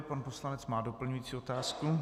Pan poslanec má doplňující otázku.